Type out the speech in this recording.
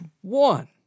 one